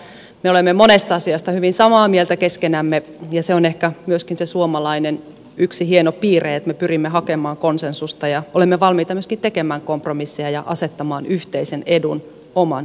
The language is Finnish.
mutta minusta tuntuu että me olemme monesta asiasta hyvin samaa mieltä keskenämme ja se on ehkä myöskin yksi hieno suomalainen piirre että me pyrimme hakemaan konsensusta ja olemme valmiita myöskin tekemään kompromisseja ja asettamaan yhteisen edun oman edun edelle